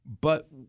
But-